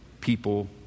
people